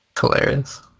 hilarious